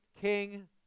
king